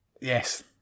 Yes